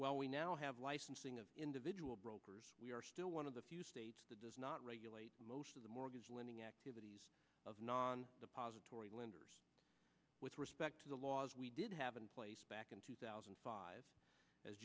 well we now have licensing of individual brokers we are still one of the few states that does not regulate most of the mortgage lending activities of non depository lenders with respect to the laws we did have in place back in two thousand and five as